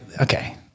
okay